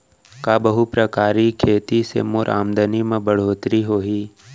का बहुप्रकारिय खेती से मोर आमदनी म बढ़होत्तरी होही?